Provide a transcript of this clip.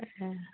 ए